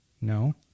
No